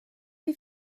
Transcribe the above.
wie